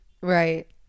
right